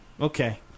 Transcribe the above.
Okay